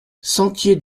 sentier